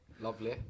Lovely